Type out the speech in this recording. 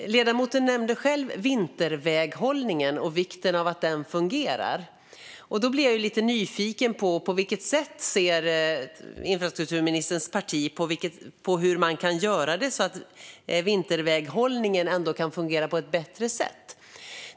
Ledamoten nämnde själv vinterväghållningen och vikten av att den fungerar. Jag är nyfiken på hur infrastrukturministerns parti ser på hur man kan få vinterväghållningen att fungera på ett bättre sätt.